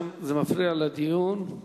זה מפריע לדיון.